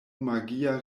magia